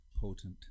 potent